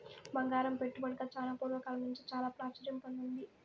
బంగారం పెట్టుబడిగా చానా పూర్వ కాలం నుంచే చాలా ప్రాచుర్యం పొందింది